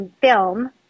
film